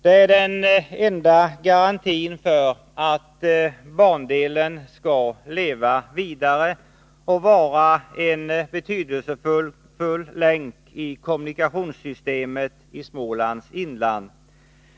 Det är den enda garantin för att bandelen skall leva vidare och vara en betydelsefull länk i kommunikationssystemet i Smålands inland.